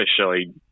officially